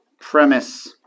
premise